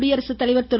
குடியரசுத்தலைவர் திரு